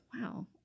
wow